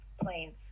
planes